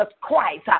Christ